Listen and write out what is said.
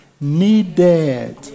needed